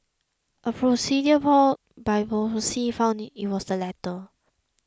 a procedure called biopsy found it was the latter